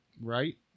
Right